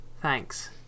Thanks